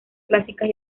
clásicas